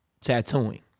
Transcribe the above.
tattooing